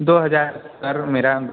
दो हजार सर मेरा